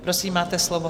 Prosím, máte slovo.